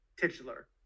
titular